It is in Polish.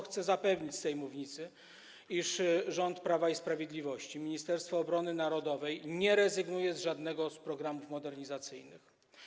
Chcę zapewnić z tej mównicy, iż rząd Prawa i Sprawiedliwości, Ministerstwo Obrony Narodowej nie rezygnuje z żadnego z programów modernizacyjnych.